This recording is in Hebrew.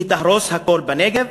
היא תהרוס הכול בנגב.